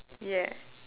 yeah